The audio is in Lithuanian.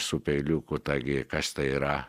su peiliuku ta gi kas tai yra